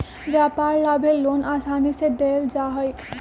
व्यापार ला भी लोन आसानी से देयल जा हई